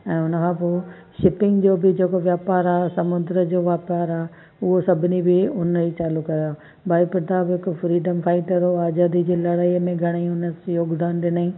ऐं उन खां पोइ शिपिंग जो बि जेको वापारु आहे समुंद्र जो वापारु आहे उहो सभिनी बि उन ई चालू कयो भाई प्रताप हिकु फ्रीडम फाइटर वारो आज़ादी जी लड़ाई में घणेई उन योगदान ॾिनई